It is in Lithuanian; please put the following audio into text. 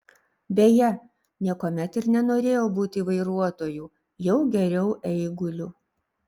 beje niekuomet ir nenorėjau būti vairuotoju jau geriau eiguliu